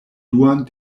duan